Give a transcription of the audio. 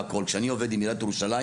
כשאני עובד עם עיריית ירושלים,